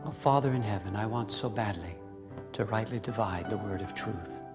father in heaven, i want so badly to rightly divide the word of truth.